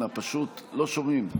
אנא, פשוט לא שומעים.